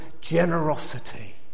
generosity